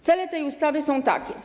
Cele tej ustawy są takie oto.